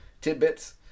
tidbits